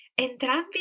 Entrambi